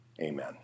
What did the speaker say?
Amen